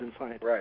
Right